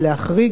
כמובן,